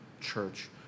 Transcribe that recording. church